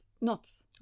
nuts